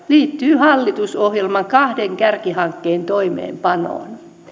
liittyy hallitusohjelman kahden kärkihankkeen toimeenpanoon